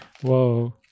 Whoa